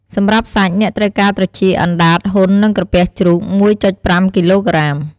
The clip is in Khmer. សម្រាប់សាច់ អ្នកត្រូវការ ត្រចៀក អណ្ដាត ហ៊ុន និងក្រពះជ្រូក ១.៥ គីឡូក្រាម។